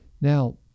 Now